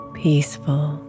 peaceful